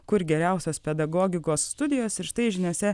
kur geriausios pedagogikos studijos ir štai žiniose